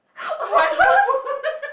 oh my god